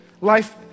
Life